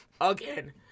Again